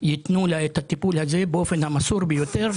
יתנו לה את הטיפול הדרוש באופן המסור ביותר,